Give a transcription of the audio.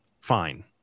Fine